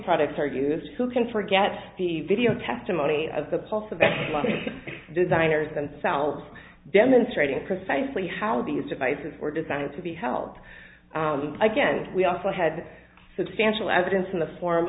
products are used who can forget the video testimony of the possible designers themselves demonstrating precisely how these devices were designed to be held again we also had substantial evidence in the form